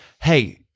Hey